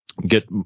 get